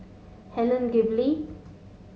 Helen Gilbey